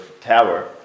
tower